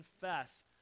confess